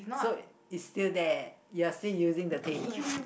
so it's still there you're still using the table